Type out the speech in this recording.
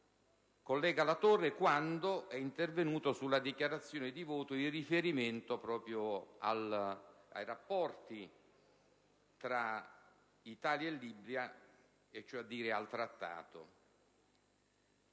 collega Latorre quando è intervenuto in dichiarazione di voto in riferimento proprio ai rapporti tra Italia e Libia, al Trattato.